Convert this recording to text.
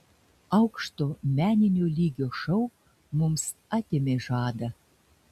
aukšto meninio lygio šou mums atėmė žadą